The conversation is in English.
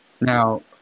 Now